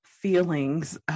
Feelings